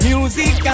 Music